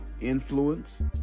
influence